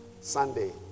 Sunday